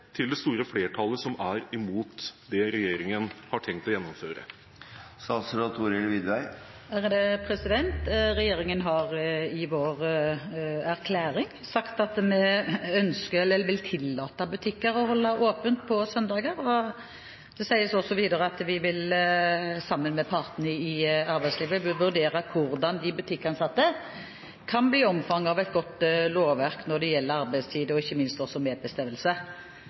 til det store flertallet som er imot det regjeringen har tenkt å gjennomføre? Regjeringen har i sin erklæring sagt at vi vil tillate butikker å holde åpent på søndager. Det sies videre at vi vil sammen med partene i arbeidslivet vurdere hvordan de butikkansatte kan bli omfattet av et godt lovverk når det gjelder arbeidstid og ikke minst også medbestemmelse.